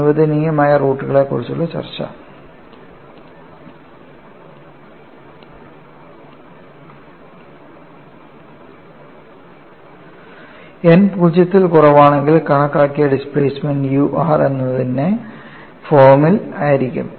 അനുവദനീയമായ റൂട്ടുകളെക്കുറിച്ചുള്ള ചർച്ച n പൂജ്യത്തിൽ കുറവാണെങ്കിൽ കണക്കാക്കിയ ഡിസ്പ്ലേസ്മെൻറ് u r എന്നതിന് ഫോമിൽ ആയിരിക്കും